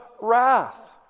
wrath